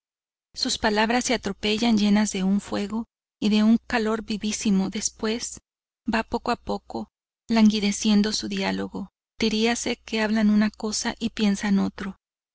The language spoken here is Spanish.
sus palabras se atropellan llenas de un fuego y de un calor vivísimo después va poco a poco languideciendo su dialogo diríase que hablan una cosa y piensan otra